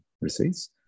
receipts